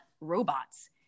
robots